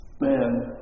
man